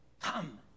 Come